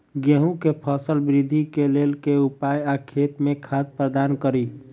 गेंहूँ केँ फसल वृद्धि केँ लेल केँ उपाय आ खेत मे खाद प्रदान कड़ी?